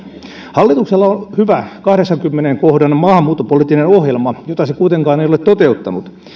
hallituksella on on hyvä kahdeksannenkymmenennen kohdan maahanmuuttopoliittinen ohjelma jota se kuitenkaan ei ole toteuttanut